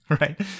Right